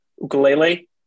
Ukulele